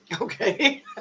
okay